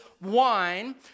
wine